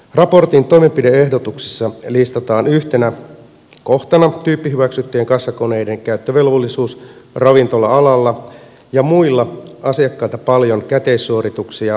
raportin toimenpide ehdotuksissa listataan yhtenä kohtana tyyppihyväksyttyjen kassakoneiden käyttövelvollisuus ravintola alalla ja muilla asiakkailta paljon käteissuorituksia vastaanottavilla aloilla